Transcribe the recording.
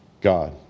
God